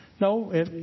No